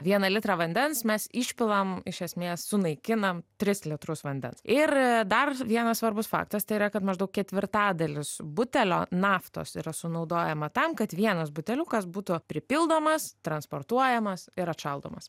vieną litrą vandens mes išpilam iš esmės sunaikinam tris litrus vandens ir dar vienas svarbus faktas tai yra kad maždaug ketvirtadalis butelio naftos yra sunaudojama tam kad vienas buteliukas būtų pripildomas transportuojamas ir atšaldomas